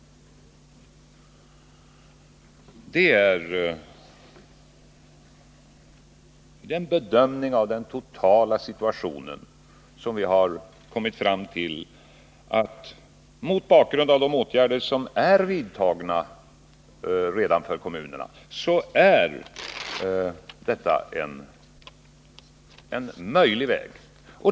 Det är med bedömning av den totala situationen och mot bakgrund av de åtgärder som redan är vidtagna för kommunerna som vi har kommit fram till att detta är en möjlig väg.